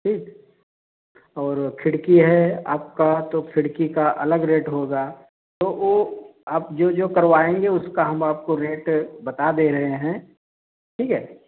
ठीक और खिड़की है आपकी तो खिड़की का अलग रेट होगा तो वो आप जो जो करवाएँगे उसका हम आपको रेट बता दे रहे हैं ठीक है